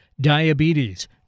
diabetes